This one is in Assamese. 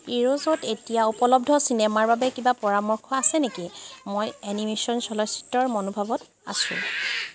ইৰছত এতিয়া উপলব্ধ চিনেমাৰ বাবে কিবা পৰামৰ্শ আছে নেকি মই এনিমেশ্যন চলচ্চিত্ৰৰ মনোভাৱত আছোঁ